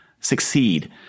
succeed